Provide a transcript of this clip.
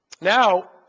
Now